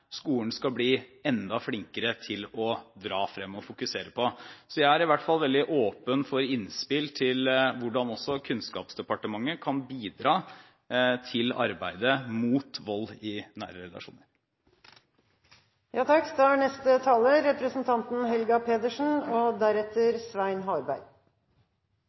skolen skal bli enda flinkere til å dra frem og fokusere på. Så jeg er i hvert fall veldig åpen for innspill til hvordan også Kunnskapsdepartementet kan bidra i arbeidet mot vold i nære